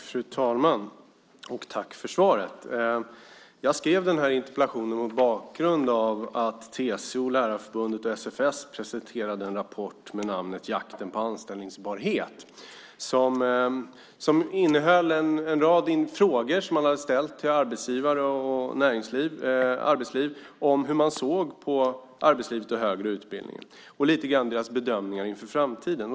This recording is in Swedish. Fru talman! Tack för svaret. Jag skrev interpellationen mot bakgrund av att TCO, Lärarförbundet och SFS presenterade en rapport med namnet Jakten på anställningsbarhet . Den innehöll en rad frågor som man ställt till arbetsgivare om hur man såg på arbetslivet och högre utbildning och lite grann deras bedömningar inför framtiden.